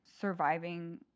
surviving